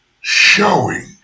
showing